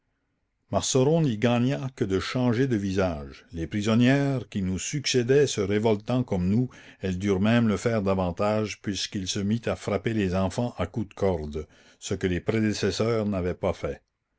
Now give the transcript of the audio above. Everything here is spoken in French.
marceron n'y gagna que de changer de visages les prisonnières qui nous succédaient se révoltant comme nous elles durent même le faire davantage puisqu'il se mit à frapper les enfants à coups de cordes ce que les prédécesseurs n'avaient pas fait